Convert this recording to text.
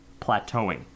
plateauing